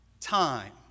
time